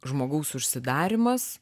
žmogaus užsidarymas